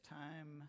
time